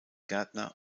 gärtner